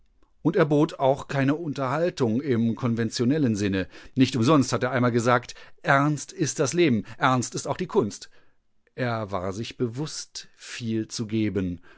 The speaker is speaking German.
und er bot auch keine unterhaltung im konventionellen sinne nicht umsonst hat er einmal gesagt ernst ist das leben ernst ist auch die kunst er war sich bewußt viel zu geben